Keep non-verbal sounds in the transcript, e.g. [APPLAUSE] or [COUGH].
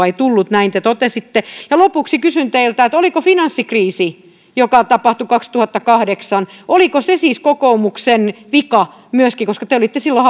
[UNINTELLIGIBLE] ei tullut näin te totesitte ja lopuksi kysyn teiltä oliko finanssikriisi joka tapahtui kaksituhattakahdeksan siis kokoomuksen vika myöskin koska te te olitte silloin [UNINTELLIGIBLE]